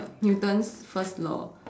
newton's first law